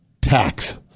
Tax